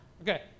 Okay